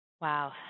Wow